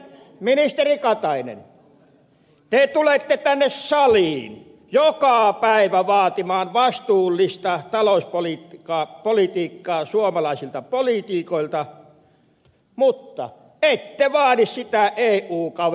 ministeri katainen te tulette tänne saliin joka päivä vaatimaan vastuullista talouspolitiikkaa suomalaisilta politiikoilta mutta ette vaadi sitä eu kavereiltanne